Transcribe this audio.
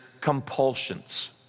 compulsions